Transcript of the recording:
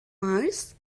mars